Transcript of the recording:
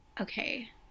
Okay